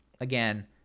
again